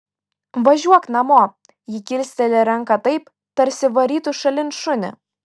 važiuok namo ji kilsteli ranką taip tarsi varytų šalin šunį